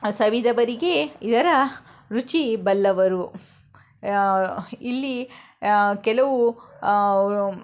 ಸವಿದವರಿಗೆ ಇದರ ರುಚಿ ಬಲ್ಲವರು ಇಲ್ಲಿ ಕೆಲವು